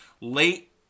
late